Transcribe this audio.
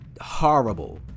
Horrible